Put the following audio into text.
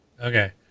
Okay